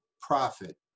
profit